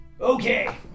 Okay